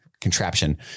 contraption